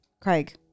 Craig